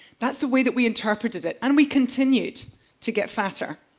that's the way that we interpreted it and we continued to get fatter.